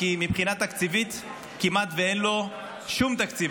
כי מבחינה תקציבית כמעט ואין לו שום תקציב.